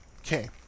Okay